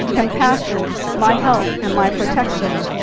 compassion, my help and my protection,